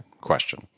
question